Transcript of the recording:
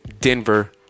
Denver